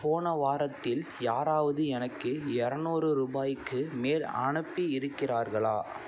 போன வாரத்தில் யாராவது எனக்கு இரநூறு ரூபாய்க்கு மேல் அனுப்பி இருக்கிறார்களா